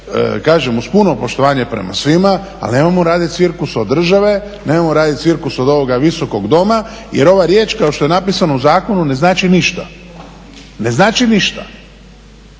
kažem uz puno poštovanje prema svima, ali nemojmo raditi cirkus od države, nemojmo raditi cirkus od ovoga Visokog doma jer ova riječ kao što je napisano u zakonu ne znači ništa. Jer ako je